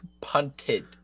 punted